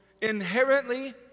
inherently